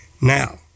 Now